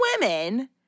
women